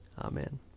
Amen